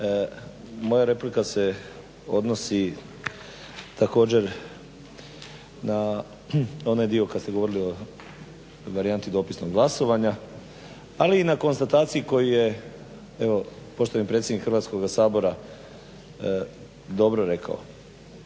Moja replika se odnosi također na onaj dio kad ste govorili o varijanti dopisnog glasovanja, ali i na konstataciji koji je poštovani predsjednik Hrvatskoga sabora dobro rekao,